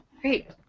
Great